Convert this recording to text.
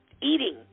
eating